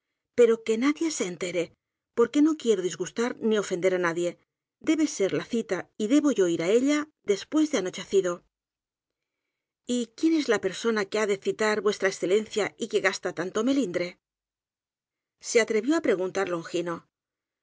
para que nadie se entere porque no quiero disgustar ni ofender á nadie debe ser la cita y debo yo ir á ella después de anochecido y quién es la persona que ha de citar á v e y que gasta tanto m elindre se atrevió á pregun tar